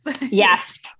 Yes